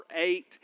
eight